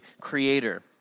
Creator